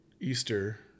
Easter